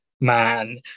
man